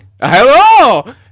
Hello